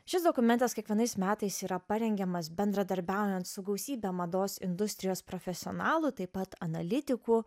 šis dokumentas kiekvienais metais yra parengiamas bendradarbiaujant su gausybe mados industrijos profesionalų taip pat analitikų